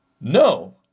No